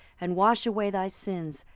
and wash away thy sins,